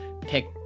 pick